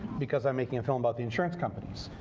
because i'm making a film about the insurance companies.